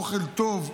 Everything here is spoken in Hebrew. אוכל טוב,